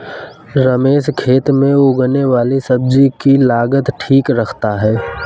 रमेश खेत में उगने वाली सब्जी की लागत ठीक रखता है